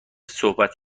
صحبت